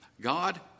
God